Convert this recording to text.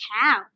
cow